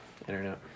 Internet